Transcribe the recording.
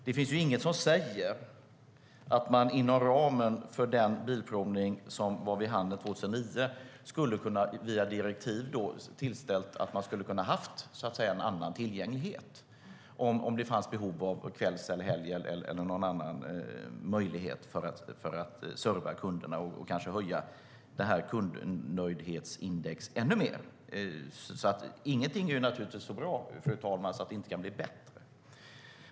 Det finns dock inget som säger att man inte, inom ramen för den bilprovning som fanns 2009, skulle ha kunnat tillställa direktiv om att ha en annan tillgänglighet om det fanns behov av kvälls eller helgtider eller någon annan möjlighet att serva kunderna och kanske höja kundnöjdhetsindex ännu mer. Inget är ju så bra, fru talman, att det inte kan bli bättre.